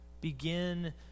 begin